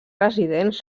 residents